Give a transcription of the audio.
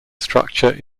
structure